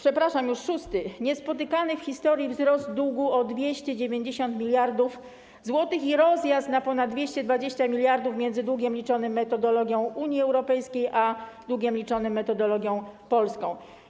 Szósty to niespotykany w historii wzrost długu o 290 mld zł i rozjazd na ponad 220 mld zł między długiem liczonym metodologią Unii Europejskiej a długiem liczonym metodologią polską.